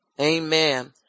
Amen